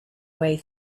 way